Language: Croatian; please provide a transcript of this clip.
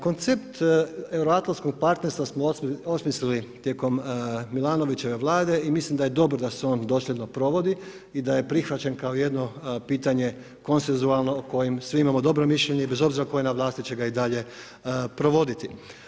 Koncept euroatlantskog partnerstva smo osmislili tijekom Milanovićeve Vlade i mislim da je dobro da se on dosljedno provodi i da je prihvaćen kao jedno pitanje konsenzualno o kojem svi imamo dobro mišljenje, bez obzira tko je na vlasti će ga i dalje provoditi.